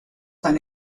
tan